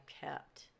kept